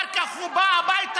אחר כך הוא בא הביתה,